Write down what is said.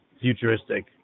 futuristic